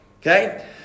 Okay